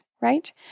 Right